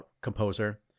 composer